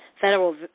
Federal